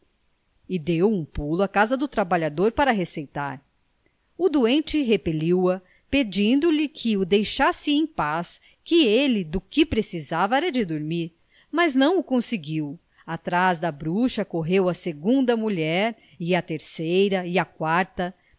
e deu um pulo à casa do trabalhador para receitar o doente repeliu a pedindo-lhe que o deixasse em paz que ele do que precisava era de dormir mas não o conseguiu atrás da bruxa correu a segunda mulher e a terceira e a quarta